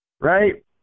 right